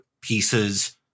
pieces